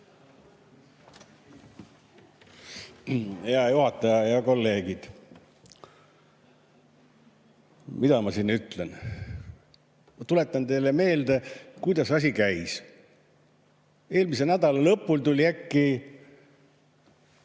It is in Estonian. Hea juhataja! Head kolleegid! Mida ma siin ütlen? Ma tuletan teile meelde, kuidas asi käis. Eelmise nädala lõpul tuli äkki